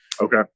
Okay